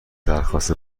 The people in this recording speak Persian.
درخواست